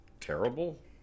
terrible